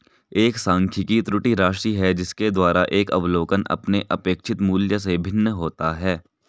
एक सांख्यिकी त्रुटि राशि है जिसके द्वारा एक अवलोकन अपने अपेक्षित मूल्य से भिन्न होता है